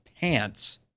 pants